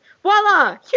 Voila